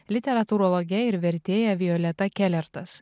literatūrologe ir vertėja violeta kelertas